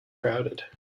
crowded